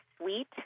sweet